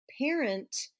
parent